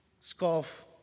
scarf